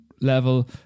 level